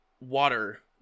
water